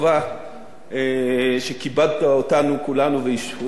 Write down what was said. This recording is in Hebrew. שכיבדת אותנו, כולנו, והשפעת על כולנו.